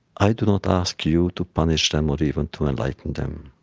i do not ask you to punish them or even to enlighten them